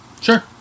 sure